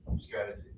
strategy